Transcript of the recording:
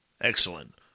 Excellent